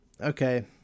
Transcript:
okay